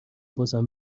بازم